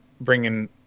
bringing